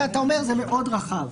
אלא אתה אומר זה מאוד רחב.